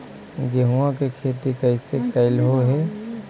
गेहूआ के खेती कैसे कैलहो हे?